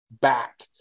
back